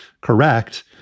correct